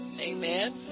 Amen